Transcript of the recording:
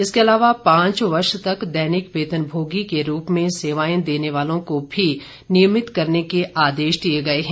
इसके अलावा पांच वर्ष तक दैनिक वेतनभोगी के रूप में सेवाएं देने वालों को भी नियमित करने का आदेश दिये हैं